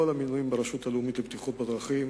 המינויים ברשות הלאומית לבטיחות בדרכים,